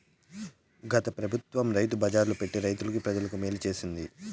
గత పెబుత్వం రైతు బజార్లు పెట్టి రైతులకి, ప్రజలకి మేలు చేసింది